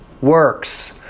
works